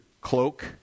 cloak